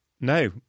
No